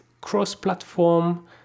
cross-platform